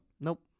Nope